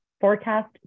forecast